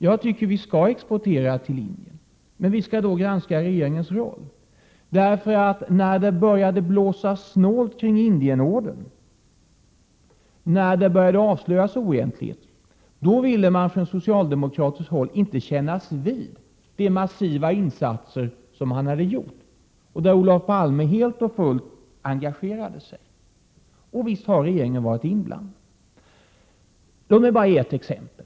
Jag tycker att vi skall exportera till Indien, men vi skall granska regeringens roll av följande skäl. När det började blåsa snålt kring Indienordern, när det började avslöjas oegentligheter, då ville man från socialdemokratiskt håll inte kännas vid de massiva insatser som man hade gjort. Där hade Olof Palme helt och fullt engagerat sig. Och visst har regeringen varit inblandad! Låt mig bara ge ett exempel.